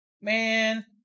man